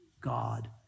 God